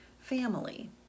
family